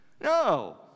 No